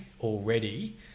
already